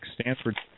Stanford